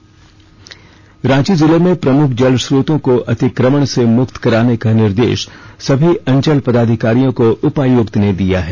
जलस्रोत अतिक्रमण रांची जिले में प्रमुख जलस्रोतों को अतिक्रमण से मुक्त कराने का निर्देश सभी अंचल पदाधिकारियों को उपायुक्त ने दिया है